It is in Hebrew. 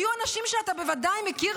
היו אנשים שאתה בוודאי מכיר,